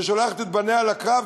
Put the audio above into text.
ששולחת את בניה לקרב,